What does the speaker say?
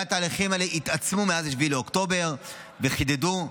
התהליכים האלה התעצמו מאז 7 באוקטובר וחידדו.